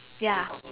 ya